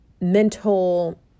mental